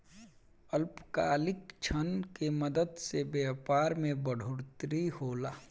अल्पकालिक ऋण के मदद से व्यापार मे बढ़ोतरी होला